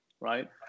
Right